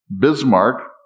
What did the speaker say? Bismarck